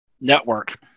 network